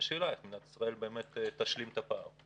השאלה איך מדינת ישראל תשלים את הפער.